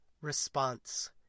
response